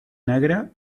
negre